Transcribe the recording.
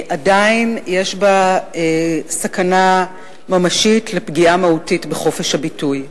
עדיין יש בה סכנה ממשית של פגיעה מהותית בחופש הביטוי.